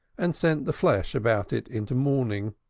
and sent the flesh about it into mourning.